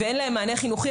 ואין להם מענה חינוכי.